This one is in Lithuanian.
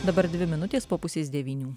dabar dvi minutės po pusės devynių